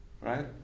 right